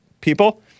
people